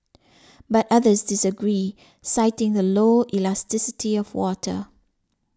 but others disagree citing the low elasticity of water